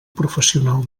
professional